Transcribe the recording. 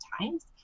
times